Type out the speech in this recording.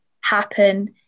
happen